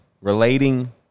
relating